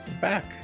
back